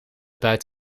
buit